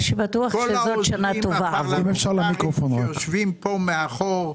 כל העוזרים הפרלמנטריים שיושבים פה מאחור,